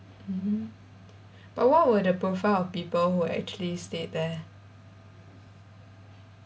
mmhmm but what were the profile of people who actually stayed there